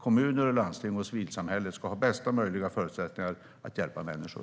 Kommuner, landsting och civilsamhället ska ha bästa möjliga förutsättningar att hjälpa människor.